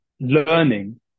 learning